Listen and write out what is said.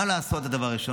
מה לעשות דבר ראשון?